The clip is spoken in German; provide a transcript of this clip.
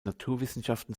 naturwissenschaften